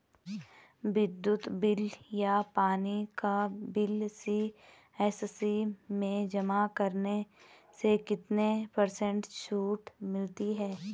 विद्युत बिल या पानी का बिल सी.एस.सी में जमा करने से कितने पर्सेंट छूट मिलती है?